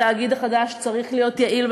התאגיד החדש צריך להיות יעיל,